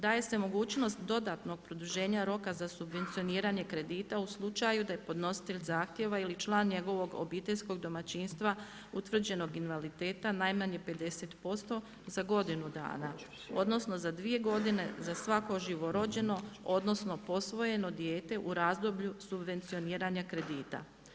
Daje se mogućnost dodatnog produženja roka za subvencioniranje kredita u slučaju da je podnositelj zahtjeva ili član njegovog obiteljskog domaćinstva utvrđenog invaliditeta najmanje 50% za godinu dana odnosno za 2 godine za svako živorođeno odnosno posvojeno dijete u razdoblju subvencioniranja kredita.